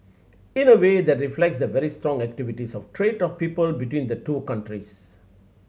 in a way that reflects the very strong activities of trade of people between the two countries